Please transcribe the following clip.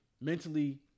mentally